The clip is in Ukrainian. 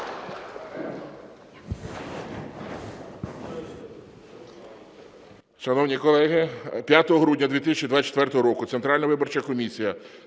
Дякую,